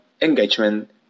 Engagement